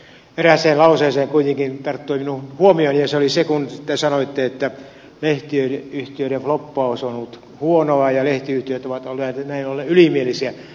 erääseen lauseeseen kuitenkin tarttui minun huomioni ja se oli se kun te sanoitte että lehtiyhtiöiden lobbaus on ollut huonoa ja lehtiyhtiöt ovat olleet näin ollen ylimielisiä